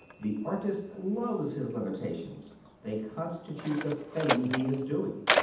the artist loves his limitations they constitute the thing he is doing.